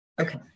Okay